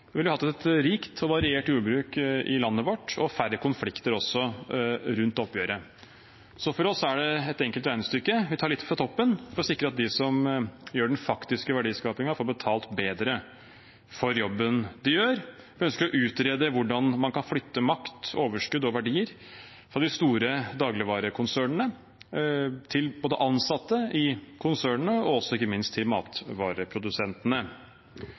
ville vi hatt et rikt og variert jordbruk i landet vårt og også færre konflikter rundt oppgjøret. For oss er det et enkelt regnestykke: Vi tar litt fra toppen for å sikre at de som står for den faktiske verdiskapingen, får bedre betalt for jobben de gjør. Vi ønsker å utrede hvordan man kan flytte makt, overskudd og verdier fra de store dagligvarekonsernene til både ansatte i konsernene og ikke minst matvareprodusentene.